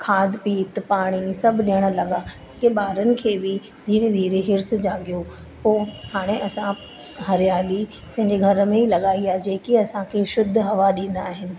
खाद पीत पाणी सभु ॾियण लॻा की ॿारनि खे बि धीरे धीरे हिर्सु जाॻियो पोइ हाणे असां हरियाली पंहिंजे घर में ई लॻाई आहे जेकी असांखे शुद्ध हवा ॾींदा आहिनि